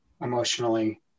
emotionally